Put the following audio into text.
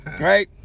Right